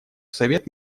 совет